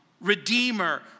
Redeemer